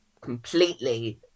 completely